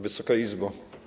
Wysoka Izbo!